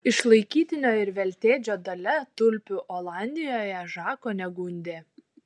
išlaikytinio ir veltėdžio dalia tulpių olandijoje žako negundė